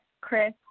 Chris